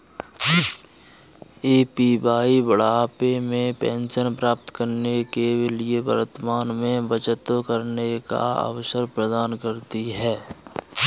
APY बुढ़ापे में pension प्राप्त करने के लिए वर्तमान में बचत करने का अवसर प्रदान करती है